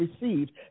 received